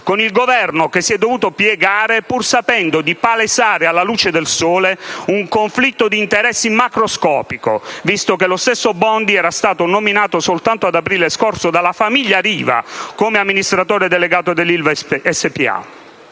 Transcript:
con il Governo che si è dovuto piegare, pur sapendo di palesare alla luce del sole un conflitto di interessi macroscopico, visto che lo stesso Bondi era stato nominato dalla famiglia Riva, soltanto ad aprile scorso, come amministratore delegato dell'Ilva SpA.